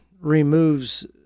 removes